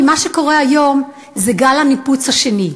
כי מה שקורה היום זה גל הניפוץ השני,